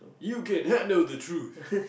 you can handle the truth